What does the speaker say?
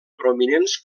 prominents